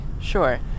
Sure